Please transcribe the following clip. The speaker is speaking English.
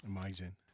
Amazing